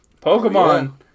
Pokemon